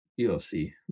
UFC